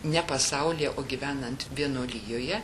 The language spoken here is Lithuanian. ne pasaulyje o gyvenant vienuolijoje